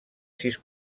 sis